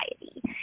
society